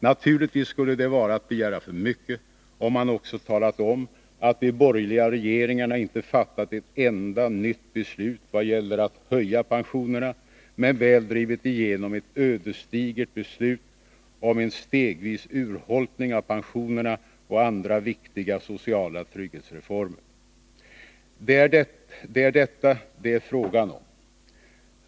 Naturligtvis skulle det vara att begära för mycket att man också talade om att de borgerliga regeringarna inte fattat ett enda nytt beslut vad gäller att höja pensionerna men väl drivit igenom ett ödersdigert beslut om en stegvis urholkning av pensioner och andra viktiga sociala trygghetsreformer. För det är detta det är frågan om.